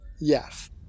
Yes